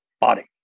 body